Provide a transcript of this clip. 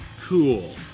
Cool